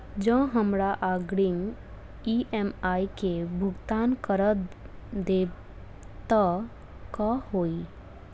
जँ हमरा अग्रिम ई.एम.आई केँ भुगतान करऽ देब तऽ कऽ होइ?